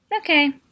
Okay